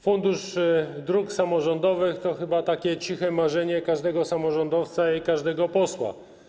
Fundusz Dróg Samorządowych to chyba takie ciche marzenie każdego samorządowca i każdego posła.